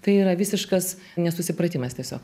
tai yra visiškas nesusipratimas tiesiog